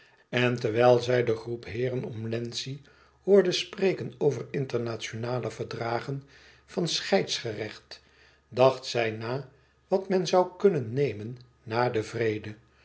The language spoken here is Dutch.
en terwijl zij de groep heeren om wlenzci hoorde spreken over internationale verdragen van scheidsgerecht dacht zij na wat men zoû kunnen nemen na den vrede